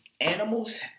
Animals